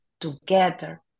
together